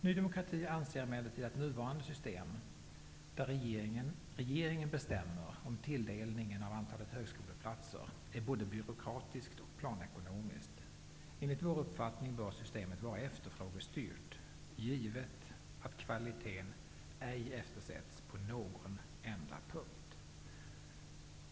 Ny demokrati anser emellertid att nuvarande system, där regeringen bestämmer om tilldelningen av antalet högskoleplatser, är både byråkratiskt och planekonomiskt. Enligt vår uppfattning bör systemet vara efterfrågestyrt, men kvaliteten får ej eftersättas på en enda punkt.